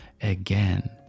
again